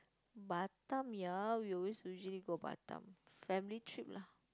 Batam ya we will always usually go Batam family trip lah